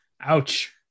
Ouch